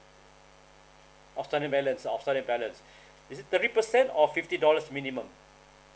of outstanding balance of outstanding balance is it thirty percent or fifty dollars minimum